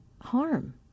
harm